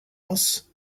else